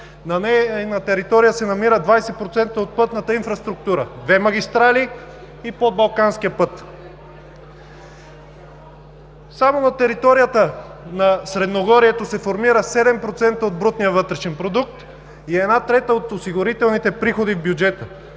територия се намират 20% от пътната инфраструктура: две магистрали и подбалканския път. Само на територията на Средногорието се формира 7% от брутния вътрешен продукт и една трета от осигурителните приходи в бюджета.